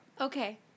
Okay